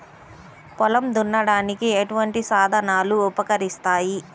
పొలం దున్నడానికి ఎటువంటి సాధనాలు ఉపకరిస్తాయి?